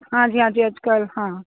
ਹਾਂਜੀ ਹਾਂਜੀ ਅੱਜ ਕੱਲ੍ਹ ਹਾਂ